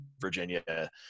Virginia